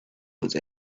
but